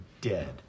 dead